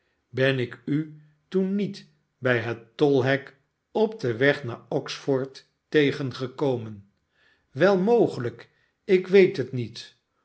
ben ik u toen niet bij het tolhek op den weg naar oxford tegengekomen wel mogehjk ik weet het niet